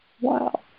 Wow